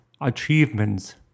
achievements